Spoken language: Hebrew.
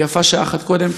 ויפה שעה אחת קודם.